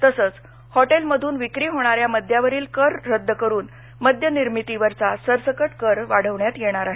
तसंच हॉटेलमधून विक्री होणाऱ्या मद्यावरील कर रद्द करून मद्यनिर्मितीवरचा सरसकट कर वाढवण्यात येणार आहे